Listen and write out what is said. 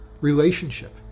relationship